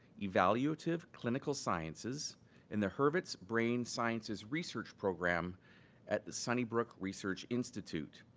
evaluative clinical sciences in the hurvitz brain sciences research program at the sunnybrook research institute.